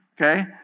Okay